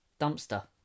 Dumpster